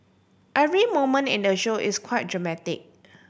every moment in the show is quite dramatic